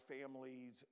families